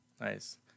Nice